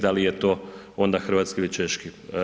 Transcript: Da li je to onda hrvatski ili češki?